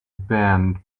band